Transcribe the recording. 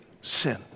sin